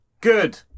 Good